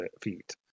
feet